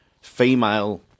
female